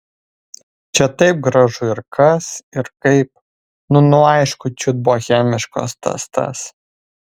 čia taip gražu ir kas ir kaip nu nu aišku čiut bohemiškos tas tas